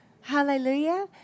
Hallelujah